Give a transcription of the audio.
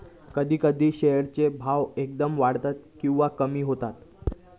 कधी कधी शेअर चे भाव एकदम वाढतत किंवा कमी होतत